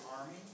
army